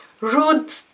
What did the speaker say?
rude